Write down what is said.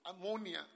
Ammonia